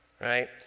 right